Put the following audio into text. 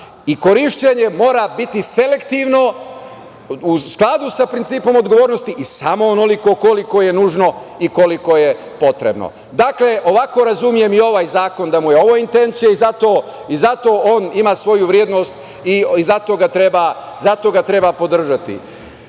Korišćenje mora biti selektivno u skladu sa principom odgovornosti i samo onoliko koliko je nužno i koliko je potrebno. Dakle, ovako razumem i ovaj Zakon, da mu je ovo intencija i zato on ima svoju vrednost i zato ga treba podržati. Kada